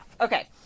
Okay